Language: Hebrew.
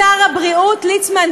שר הבריאות ליצמן,